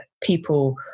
people